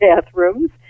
bathrooms